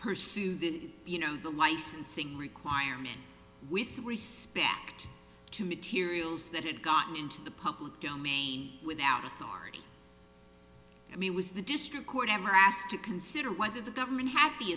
pursue the you know the licensing requirement with respect to materials that had gotten into the public domain without authority i mean was the district court ever asked to consider whether the government happy